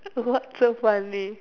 what's so funny